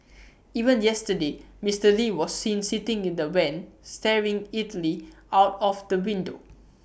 even yesterday Mister lee was seen sitting in the van staring idly out of the window